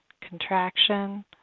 contraction